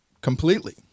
completely